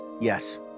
yes